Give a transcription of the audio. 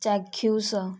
ଚାକ୍ଷୁଷ